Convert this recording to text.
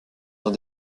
dans